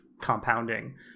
compounding